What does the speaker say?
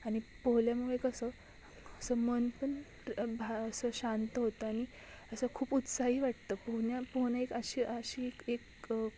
आनि पोहल्यामुळे कसं असं मन पन भा असं शांत होतं आनि असं खूप उत्साही वाटतं पोहन्या पोहन्या एक अशी अशी एक